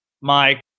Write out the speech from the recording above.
Mike